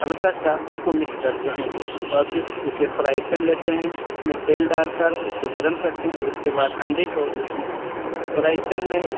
ہلکا سا اس کو مکس کرتے ہیں اور پھر سے اسے فرائی پین لیتے ہیں اس میں تیل ڈال کر اس کو گرم کرتے ہیں اور اس کے بعد انڈے کو اس فرائی پین میں